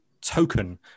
token